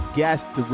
Guest